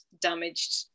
damaged